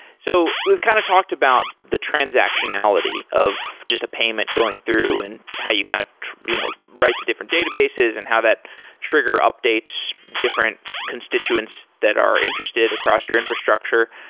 so we kind of talked about the transactionality of just payment going through and how you kind of you know write to different databases and how that trigger updates different constituents that are interested across your infrastructure,